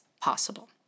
possible